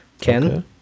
Ken